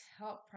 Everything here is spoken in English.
help